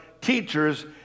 teachers